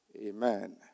Amen